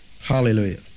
Hallelujah